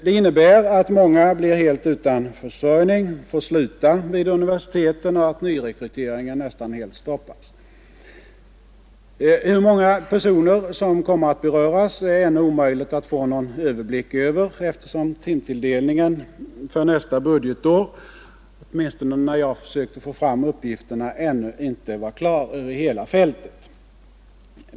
Det innebär att många blir helt utan försörjning och får sluta vid universiteten samt att nyrekryteringen nästan helt stoppas. Hur många personer som kommer att beröras är ännu omöjligt att få någon överblick över, eftersom timtilldelningen för nästa budgetår, åtminstone när jag försökte få fram uppgifterna, ännu inte är klar över hela fältet.